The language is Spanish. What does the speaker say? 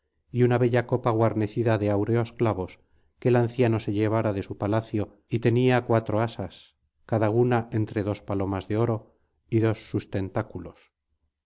y una bella copa guarnecida de áureos clavos que el anciano se llevara de su palacio y tenia cuatro asas cada una entre dos palomas de oro y dos sustentáculos